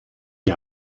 die